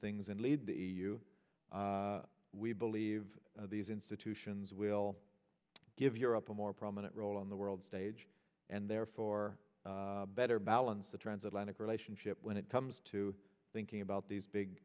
things and lead the e u we believe these institutions will give europe a more prominent role in the world stage and therefore better balance the transatlantic relationship when it comes to thinking about these big